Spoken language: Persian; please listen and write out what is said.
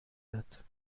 داد